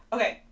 Okay